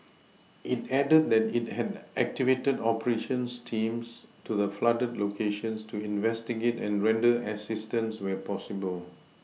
it added that it had activated operations teams to the flooded locations to investigate and render assistance where possible